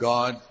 God